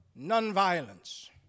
nonviolence